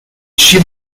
she